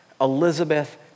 Elizabeth